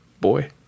Boy